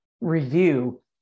review